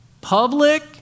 public